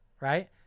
Right